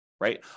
right